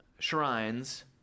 Shrines